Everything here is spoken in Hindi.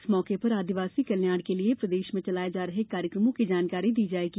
इस मौके पर आदिवासी कल्याण के लिये प्रदेश में चलाए जा रहे कार्यक्रमों की जानकारी दी जाएगी